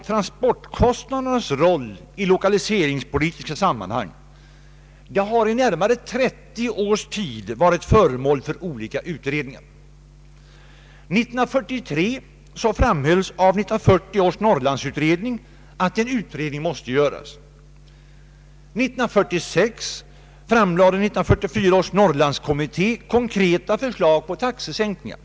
Transportkostnadernas roll i lokaliseringspolitiska sammanhang har under närmare 30 år varit föremål för olika utredningar. 1943 framhöll 1940 års Norrlandsutredning att en utredning måste göras. År 1946 framlade 1944 års Norrlandskommitté konkreta förslag till taxesänkningar.